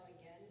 again